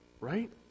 Right